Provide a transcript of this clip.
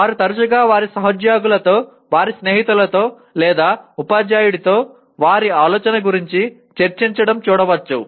వారు తరచుగా వారి సహోద్యోగులతో వారి స్నేహితులతో లేదా ఉపాధ్యాయుడితో వారి ఆలోచన గురించి చర్చించడం చూడవచ్చు